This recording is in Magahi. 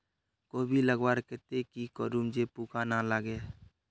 कोबी लगवार केते की करूम जे पूका ना लागे?